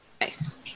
Nice